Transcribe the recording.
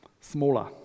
smaller